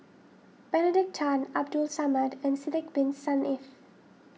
Benedict Tan Abdul Samad and Sidek Bin Saniff